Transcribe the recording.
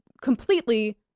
completely